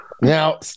Now